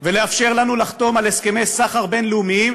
וכן לאפשר לנו לחתום על הסכמי סחר בין-לאומיים,